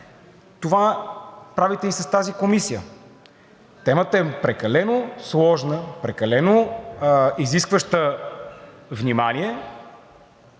Това правите и с тази комисия. Темата е прекалено сложна, прекалено изискваща внимание,